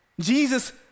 Jesus